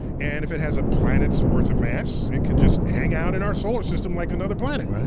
and if it has a planet's worth of mass, it can just hang out in our solar system like another planet.